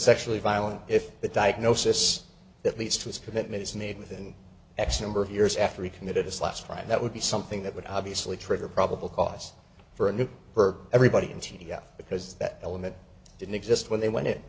sexually violent if the diagnosis that leads to his commitment is made within x number of years after he committed his last ride that would be something that would obviously trigger probable cause for a new perk everybody into to go because that element didn't exist when they went i